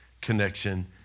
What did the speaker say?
connection